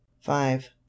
Five